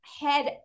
head